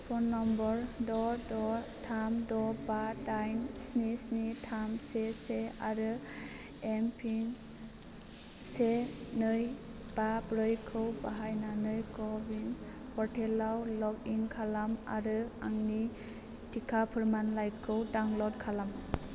phone number द' द' थाम द' बा दाइन स्नि स्नि थाम से से आरो एमपिन से नै बा ब्रैखौ बाहायनानै क'अविन पर्टेलाव लग इन खालाम आरो आंनि थिखा फोरमानलाइखौ डाउनल'ड खालाम